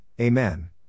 Amen